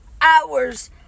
hours